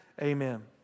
amen